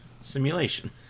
Simulation